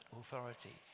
authority